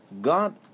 God